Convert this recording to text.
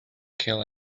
kill